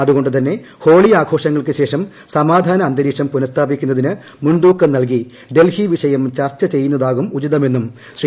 അതുകൊണ്ടുതന്നെ ഹോളി ആഘോഷങ്ങൾക്ക് ശേഷം സമാധാന അന്തരീക്ഷം പുനസ്ഥാപിക്കുന്നതിന് മുൻതൂക്കം നൽകി ഡൽഹി വിഷയം ചർച്ച ചെയ്യുന്നതാകും ഉചിതമെന്നും ശ്രീ